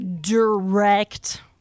direct